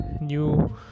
new